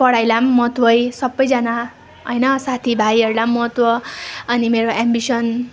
पढाइलाई पनि महत्वै सबैजना हैन साथी भाइहरूलाई पनि महत्त्व अनि मेरो एम्बिसन